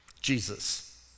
Jesus